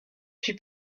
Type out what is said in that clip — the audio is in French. puis